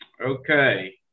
Okay